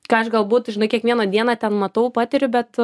ką aš galbūt žinai kiekvieną dieną ten matau patiriu bet